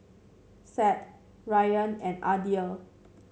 Said Ryan and Aidil